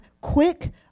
quick